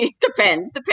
Depends